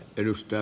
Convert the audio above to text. kiitos